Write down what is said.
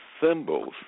symbols